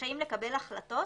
רשאים לקבל החלטות